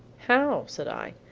how! said i.